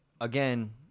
again